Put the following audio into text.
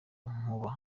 nkuba